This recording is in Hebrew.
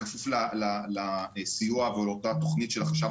בכפוף לסיוע ולאותה תוכנית של החשב